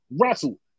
Wrestle